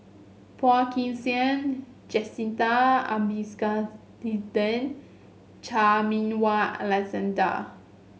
Phua Kin Siang Jacintha Abisheganaden Chan Meng Wah Alexander